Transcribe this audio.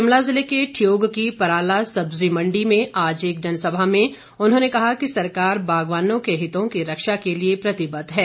शिमला जिले के ठियोग की पराला सब्जी मंडी में आज एक जनसभा में उन्होंने कहा कि सरकार बागवानों के हितों की रक्षा के लिए प्रतिबद्ध है